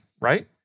right